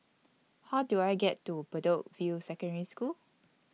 How Do I get to Bedok View Secondary School